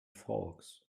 folks